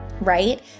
right